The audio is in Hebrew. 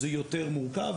זה יותר מורכב,